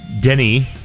Denny